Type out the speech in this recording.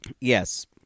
Yes